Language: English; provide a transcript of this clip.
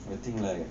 I think like